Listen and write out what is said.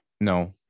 no